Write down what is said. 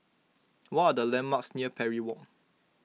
what are the landmarks near Parry Walk